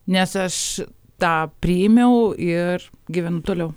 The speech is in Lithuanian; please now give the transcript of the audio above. nes aš tą priėmiau ir gyvenu toliau